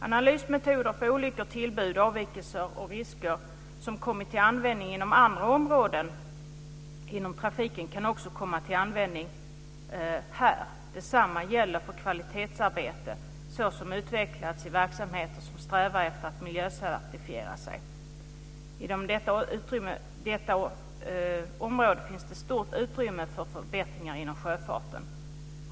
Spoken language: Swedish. Analysmetoder för olyckor, tillbud, avvikelser och risker, som kommit till användning inom andra områden i trafiken kan också komma till användning här. Detsamma gäller för kvalitetsarbete som utvecklats för de verksamheter som strävar efter att miljöcertifiera sig. På detta område finns det stort utrymme för förbättringar inom sjöfarten.